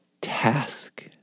task